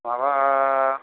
माबा